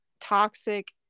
toxic